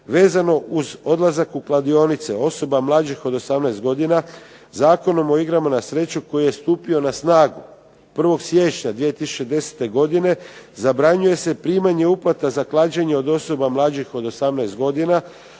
Vezano uz odlazak u kladionice osoba mlađih od 18 godina Zakonom o igrama na sreću koji je stupio na snagu 1. siječnja 2010. godine zabranjuje se primanje uplata za klađenje od osoba mlađih od 18 godina,